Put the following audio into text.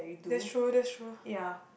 that's true that's true